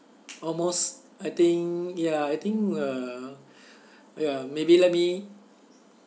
almost I think ya I think uh ya maybe let me